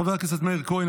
חבר הכנסת מאיר כהן,